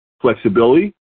flexibility